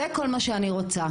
זה כל מה שאני רוצה.